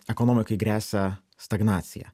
ekonomikai gresia stagnacija